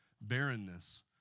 barrenness